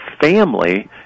family